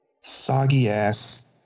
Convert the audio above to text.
Soggy-ass